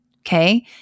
Okay